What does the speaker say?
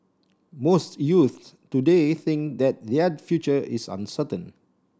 most youths today think that their future is uncertain